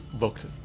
looked